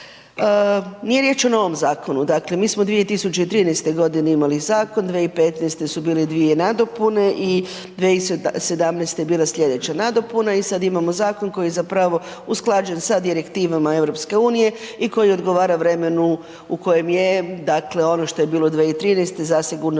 nije riječ o novom zakonu, dakle mi smo 2013.g. imali zakon, 2015. su bile dvije nadopune i 2017. je bila slijedeća nadopuna i sad imamo zakon koji je zapravo usklađen sa direktivama EU i koji odgovara vremenu u kojem je, dakle ono što je bilo 2013. zasigurno